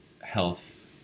health